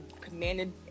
commanded